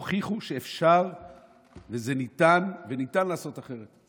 הוכיחו שאפשר וניתן לעשות אחרת,